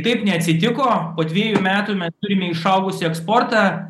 taip neatsitiko po dviejų metų mes turime išaugusį eksportą